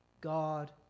God